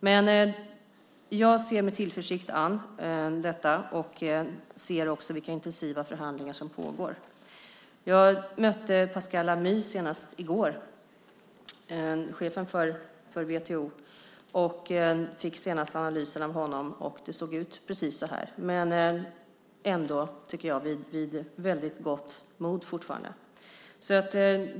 Jag ser detta med tillförsikt an, och ser också vilka intensiva förhandlingar som pågår. Jag mötte Pascal Lamy, chefen för WTO, senast i går och fick de senaste analyserna av honom. Det såg ut precis så här. Men ändå tycker jag att man kan vara vid väldigt gott mod fortfarande.